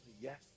Yes